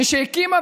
מי שהקימה,